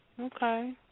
Okay